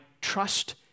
trust